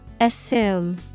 Assume